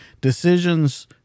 decisions